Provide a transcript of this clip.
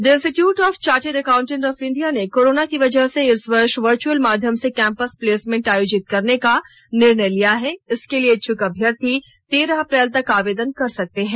the institute of chartered accountant of India ने corona की वजह से इस वर्ष वर्चअल माध्यम से कैंपस प्लेसमेंट आयोजित करने का निर्णय लिया है इसके लिए इच्छ्क अभ्यर्थी तेरह अप्रैल तक आवेदन कर सकते हैं